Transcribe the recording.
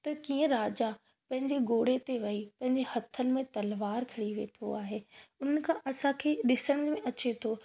त कीअं राजा पंहिंजे घोड़े ते वेही पंहिंजे हथनि में तलवार खणी वेठो आहे उन खां असांखे ॾिसण में अचे थो